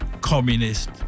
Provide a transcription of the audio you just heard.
communist